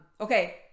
Okay